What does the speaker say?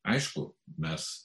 aišku mes